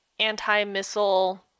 Anti-missile